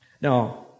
Now